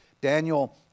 Daniel